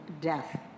death